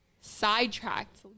sidetracked